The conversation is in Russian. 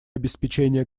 обеспечения